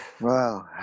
Wow